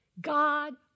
God